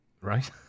Right